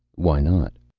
why not?